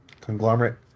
conglomerate